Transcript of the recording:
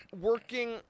working